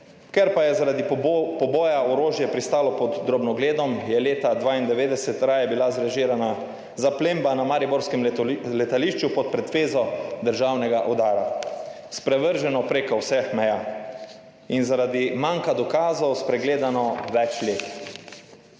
Ker pa je zaradi poboja orožje pristalo pod drobnogledom, je leta 1992 raje bila zrežirana zaplemba na mariborskem letališču pod pretvezo 36. TRAK (VI) 14.55 (Nadaljevanje) državnega udara. Sprevrženo preko vseh meja. In zaradi manjka dokazov spregledano več let.